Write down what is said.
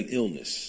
illness